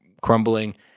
crumbling